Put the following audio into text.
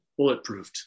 bulletproofed